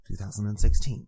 2016